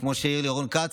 כמו שהעיר לי רון כץ,